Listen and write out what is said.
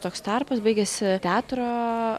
toks tarpas baigiasi teatro